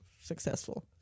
successful